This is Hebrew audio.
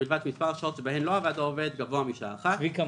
ובלבד שמספר השעות שבהן לא עבד העובד גבוה משעה אחת," מה